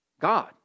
God